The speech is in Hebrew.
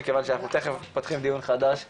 קודם כל אנחנו בציון יום מיוחד בכנסת זה נקרא,